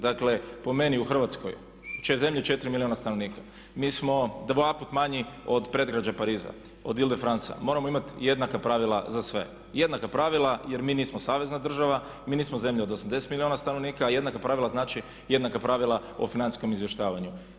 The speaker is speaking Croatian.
Dakle po meni, u Hrvatskoj u zemlji od 4 milijuna stanovnika, mi smo 2 puta manji od predgrađa Pariza, moramo imati jednaka pravila za sve, jednaka pravila, jer mi nismo savezna država, mi nismo zemlja od 80 milijuna stanovnika, jednaka pravila znači jednaka pravila o financijskom izvještavanju.